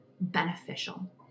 beneficial